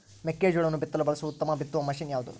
ಮೆಕ್ಕೆಜೋಳವನ್ನು ಬಿತ್ತಲು ಬಳಸುವ ಉತ್ತಮ ಬಿತ್ತುವ ಮಷೇನ್ ಯಾವುದು?